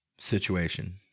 situation